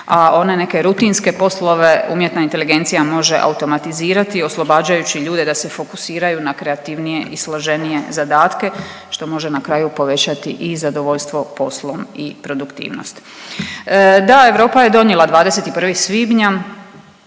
a one neke rutinske poslove umjetna inteligencija može automatizirati oslobađajući ljude da se fokusiraju na kreativnije i složenije zadatke, što može na kraju povećati i zadovoljstvo poslom i produktivnost. Da, Europa je donijela 21. svibnja